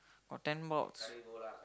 got ten box